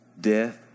death